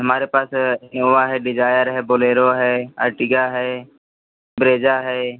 हमारे पास नोवा है डिजायर है बोलेरो है आर्टिका है ब्रेजा है